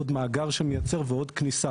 עוד מאגר שמייצר ועוד כניסה,